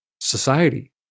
society